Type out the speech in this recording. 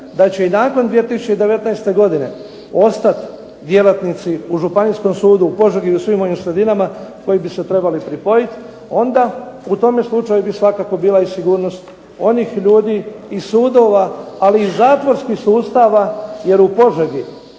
da će i nakon 2019. godine ostati djelatnici u Županijskom sudu u Požegi i svim onim sredinama koje bi se trebali pripojiti, onda bi u tom slučaju svakako bila i sigurnost onih ljudi i sudova ali i zatvorskih sustava, jer u Požegi